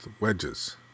wedges